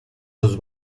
los